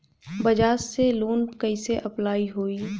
बज़ाज़ से लोन कइसे अप्लाई होई?